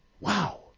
Wow